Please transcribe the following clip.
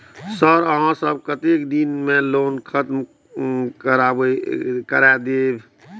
Sir यहाँ सब कतेक दिन में लोन खत्म करबाए देबे?